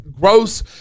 Gross